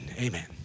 Amen